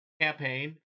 campaign